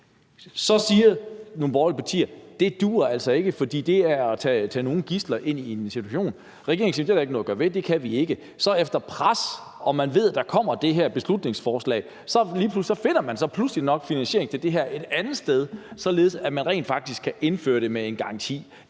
Så siger nogle borgerlige partier: Det duer altså ikke, for det er at holde nogle som gidsler i en situation. Regeringen siger, at det er der ikke noget at gøre ved, og at det kan de ikke. Så efter pres, og efter at man ved, at der kommer det her beslutningsforslag, så finder man lige pludselig nok finansiering til det her et andet sted, således at man rent faktisk kan indføre det med en garanti.